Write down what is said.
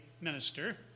minister